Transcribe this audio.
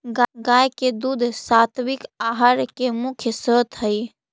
गाय के दूध सात्विक आहार के मुख्य स्रोत हई